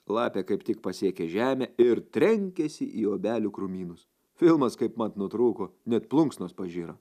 lapė kaip tik pasiekė žemę ir trenkėsi į obelių krūmynus filmas kaipmat nutrūko net plunksnos pažiro